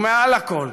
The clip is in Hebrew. ומעל לכול,